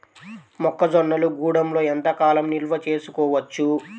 మొక్క జొన్నలు గూడంలో ఎంత కాలం నిల్వ చేసుకోవచ్చు?